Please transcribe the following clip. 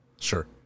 Sure